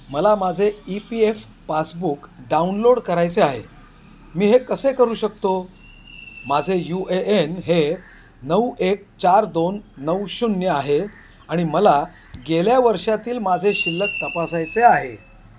मला माझे E P F passbook download करायचे आहे मी हे कसे करू शकतो माझे यू ए एन हे नऊ एक चार दोन नऊ शून्य आहे आणि मला गेल्या वर्षातील माझे शिल्लक तपासायचे आहे